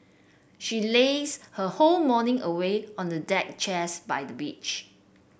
she lazed her whole morning away on a deck chairs by the beach